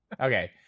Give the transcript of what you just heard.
Okay